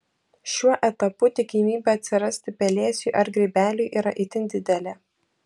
šiuo etapu tikimybė atsirasti pelėsiui ar grybeliui yra itin didelė